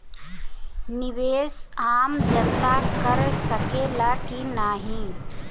निवेस आम जनता कर सकेला की नाहीं?